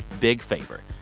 big favor.